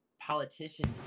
politicians